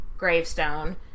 Gravestone